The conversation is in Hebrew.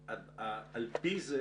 על פי זה